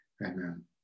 Amen